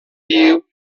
view